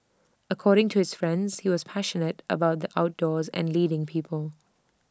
according to his friends he was passionate about the outdoors and leading people